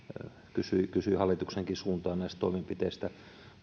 kysyi kysyi hallituksenkin suuntaan näistä toimenpiteistä